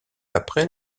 après